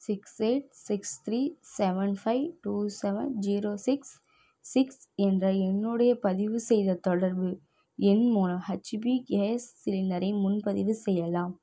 six eight six three seven five two seven zero six six என்ற என்னுடைய பதிவுசெய்த தொடர்பு எண் மூலம் ஹெச்பி கேஸ் சிலிண்டரின் முன்பதிவு செய்யலாம்